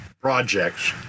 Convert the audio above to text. projects